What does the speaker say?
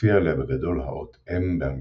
הופיעה עליה בגדול האות M באנגלית.